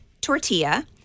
tortilla